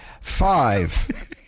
Five